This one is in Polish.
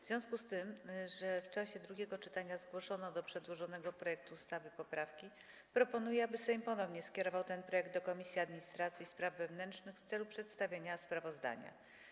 W związku z tym, że w czasie drugiego czytania zgłoszono do przedłożonego projektu ustawy poprawki, proponuję, aby Sejm ponownie skierował ten projekt do Komisji Administracji i Spraw Wewnętrznych w celu przedstawienia sprawozdania.